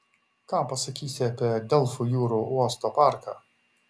ką pasakysi apie delfų jūrų uosto parką